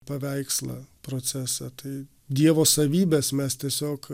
paveikslą procesą tai dievo savybes mes tiesiog